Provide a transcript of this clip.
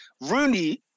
Rooney